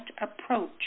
approach